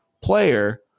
player